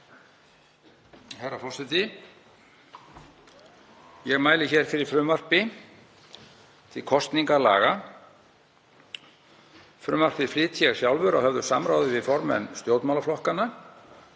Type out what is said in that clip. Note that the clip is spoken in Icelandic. Herra forseti. Ég mæli hér fyrir frumvarpi til kosningalaga. Frumvarpið flyt ég sjálfur að höfðu samráði við formenn stjórnmálaflokkanna